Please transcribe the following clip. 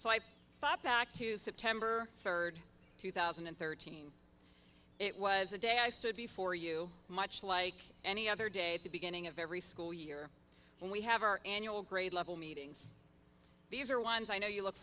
so i thought that to september third two thousand and thirteen it was the day i stood before you much like any other day at the beginning of every school year and we have our annual grade level meetings these are ones i know you look